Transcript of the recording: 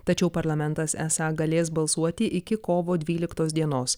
tačiau parlamentas esą galės balsuoti iki kovo dvyliktos dienos